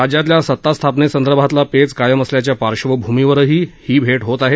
राज्यातला सत्ता स्थापनेसंदर्भातला पेच कायम असल्याच्या पाश्र्वभूमीवर ही भे होत आहे